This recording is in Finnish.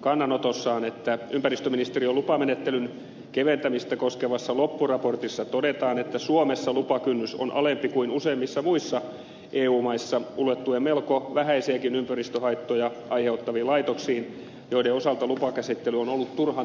kannanotossaan ympäristöministeriön lupamenettelyn keventämistä koskevassa loppuraportissa todetaan että suomessa lupakynnys on alempi kuin useimmissa muissa eu maissa ulottuen melko vähäisiäkin ympäristöhaittoja aiheuttaviin laitoksiin joiden osalta lupakäsittely on ollut turhan työlästä